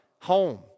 home